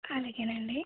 అలాగేనండి